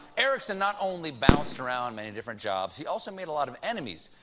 erickson not only bounced around many different jobs, he also made lots of enemies.